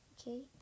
okay